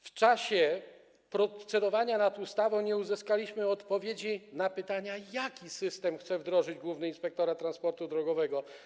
W czasie procedowania nad ustawą nie uzyskaliśmy odpowiedzi na pytania, jaki system chce wdrożyć Główny Inspektorat Transportu Drogowego.